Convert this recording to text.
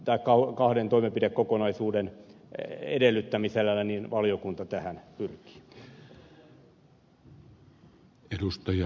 näiden kahden toimenpidekokonaisuuden edellyttämisellä valiokunta tähän pyrkii